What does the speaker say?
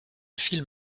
film